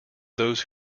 those